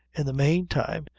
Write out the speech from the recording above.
in the mane time,